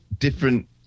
Different